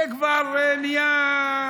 זה כבר נהיה,